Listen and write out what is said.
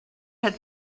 had